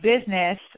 business